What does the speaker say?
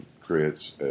creates